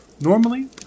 Normally